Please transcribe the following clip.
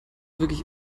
wirklich